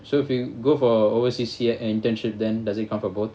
so if you go for overseas here and internship then does it count for both